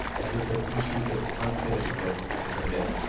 and just a few sheets of unfinished work were turned in.